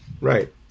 right